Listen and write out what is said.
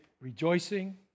rejoicing